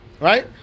right